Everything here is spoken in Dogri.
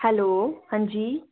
हैल्लो हांजी